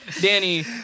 Danny